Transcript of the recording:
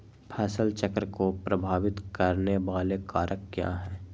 फसल चक्र को प्रभावित करने वाले कारक क्या है?